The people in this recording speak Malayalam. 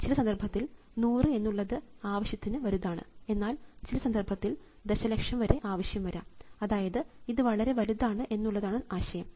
ചില സന്ദർഭത്തിൽ 100 എന്നുള്ളത് ആവശ്യത്തിന് വലുതാണ് എന്നാൽ ചില സന്ദർഭത്തിൽ ദശലക്ഷം വരെ ആവശ്യം വരാം അതായത് ഇത് വളരെ വലുതാണ് എന്നുള്ളതാണ് ആശയം